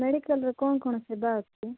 ମେଡ଼ିକାଲ୍ରେ କ'ଣ କ'ଣ ସେବା ଅଛି